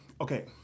okay